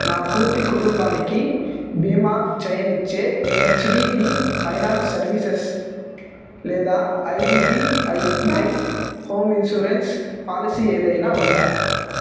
నా పూర్తి కుటుంబానికి బీమా చేయనిచ్చే హెచ్డిబి ఫైనాన్స్ సర్వీసెస్ లేదా IDBI bank home insurance policy ఏదైనా ఉందా